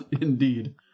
Indeed